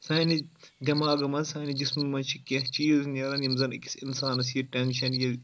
سانہِ دؠماغہٕ منٛز سانہِ جِسمہٕ منٛز چھِ کینٛہہ چیٖز نیران یِم زَن أکِس اِنسانَس یہِ ٹؠنشَن یہِ